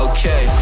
Okay